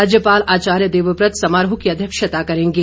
राज्यपाल आचार्य देवव्रत समारोह की अध्यक्षता करेंगे